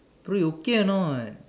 pre okay anot